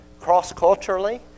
cross-culturally